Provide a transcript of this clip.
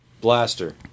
Blaster